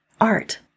art